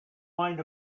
mind